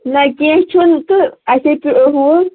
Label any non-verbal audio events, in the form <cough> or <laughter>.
نہ کیٚنٛہہ چھُنہٕ تہٕ اَسے <unintelligible>